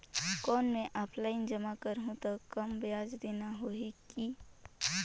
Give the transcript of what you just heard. कौन मैं ऑफलाइन जमा करहूं तो कम ब्याज देना होही की?